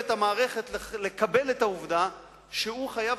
המערכת מחויבת לקבל את העובדה שהוא חייב